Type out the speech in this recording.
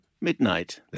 Midnight